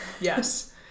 yes